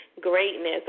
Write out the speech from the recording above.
Greatness